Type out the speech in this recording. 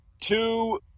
two